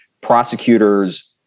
Prosecutors